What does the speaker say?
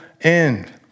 end